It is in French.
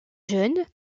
jeune